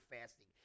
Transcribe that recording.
fasting